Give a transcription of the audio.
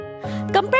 Compare